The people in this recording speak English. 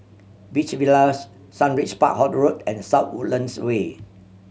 Beach Villas Sundridge Park Road and South Woodlands Way